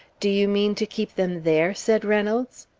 do you mean to keep them there? said reynolds.